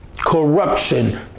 corruption